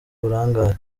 burangare